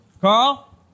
Carl